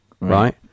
Right